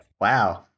Wow